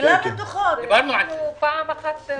דיברנו על זה.